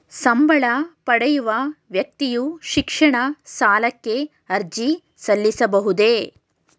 ಸಂಬಳ ಪಡೆಯುವ ವ್ಯಕ್ತಿಯು ಶಿಕ್ಷಣ ಸಾಲಕ್ಕೆ ಅರ್ಜಿ ಸಲ್ಲಿಸಬಹುದೇ?